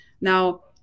Now